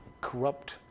corrupt